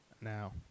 Now